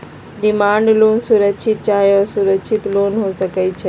demand loan सुरक्षित चाहे असुरक्षित लोन हो सकइ छै